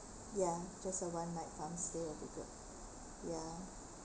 ya just a one farm stay would be good ya